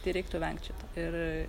tai reiktų vengt šito ir